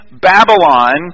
Babylon